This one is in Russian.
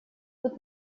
тут